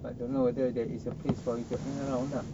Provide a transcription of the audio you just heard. but don't know whether there is a place for you to hang around lah